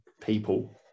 people